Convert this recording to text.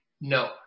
No